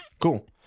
Cool